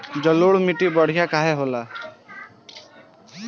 जलोड़ माटी बढ़िया काहे होला?